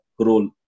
role